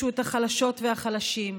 והחלישו את החלשות והחלשים,